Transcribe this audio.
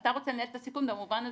אתה רוצה לנהל את הסיכון במובן הזה,